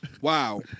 Wow